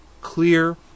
clear